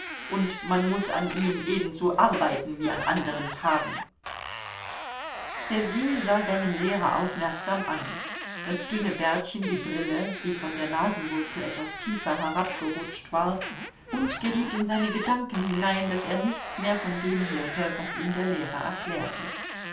und man muß an ihm ebenso arbeiten wie an anderen tagen sergei sah seinen lehrer aufmerksam an das dünne bärtchen die brille die von der nasenwurzel etwas tiefer herabgerutscht war und geriet in seine gedanken hinein daß er nichts mehr von dem hörte was ihm der lehrer erklärte